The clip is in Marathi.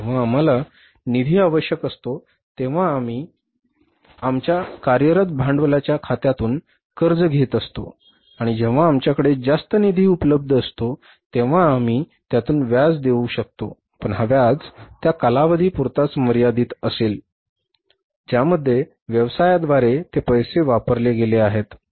जेव्हा आम्हाला निधी आवश्यक असतो तेव्हा आम्ही आमच्या कार्यरत भांडवलाच्या खात्यातून कर्ज घेत असतो आणि जेव्हा आमच्याकडे जास्त निधी उपलब्ध असतो तेव्हा आम्ही त्यातून व्याज देऊ शकतो पण हा व्याज त्या कालावधी पुरताच मर्यादित असेल ज्यामध्ये व्यवसायाद्वारे ते पैसे वापरले गेले आहेत